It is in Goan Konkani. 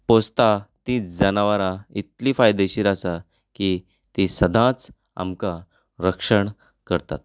पोसतात तींच जनवरां इतलीं फायदेशीर आसा की तीं सदांच आमकां रक्षण करतात